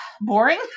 boring